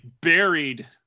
buried